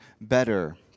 better